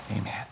Amen